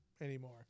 anymore